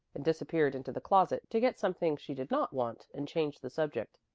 and disappeared into the closet to get something she did not want and change the subject.